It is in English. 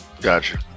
Gotcha